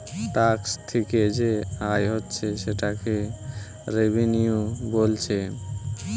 tax থিকে যে আয় হচ্ছে সেটাকে রেভিনিউ বোলছে